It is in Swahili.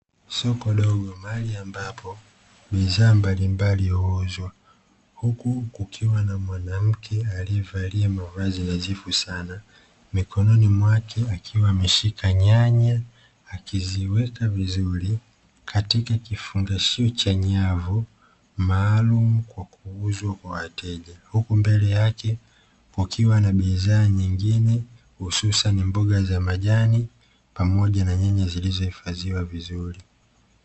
Soko dogo mahali ambapo bidhaa mbalimbali huuzwa, huku kukiwa na mwanamke aliyevalia mavazi nadhifu sana, mikononi mwake akiwa ameshika nyanya akiziweka vizuri katika kifungashio cha nyavu maalumu kwa kuuzwa kwa wateja, huku mbele yake kukiwa na bidhaa nyingine hususani mboga za majani pamoja na nyanya zilizohifadhiwa vizuri.